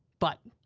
but.